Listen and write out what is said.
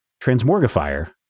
Transmorgifier